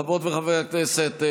חברות וחברי הכנסת,